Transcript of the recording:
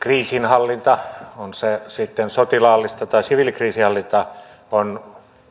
kriisinhallinta on se sitten sotilaallista tai siviilikriisinhallintaa on